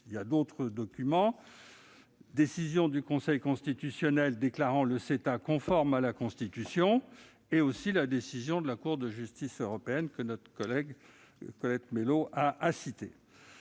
on peut citer la décision du Conseil constitutionnel déclarant le CETA conforme à la Constitution et la décision de la Cour de justice de l'Union européenne, que notre collègue Colette Mélot a citée.